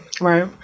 Right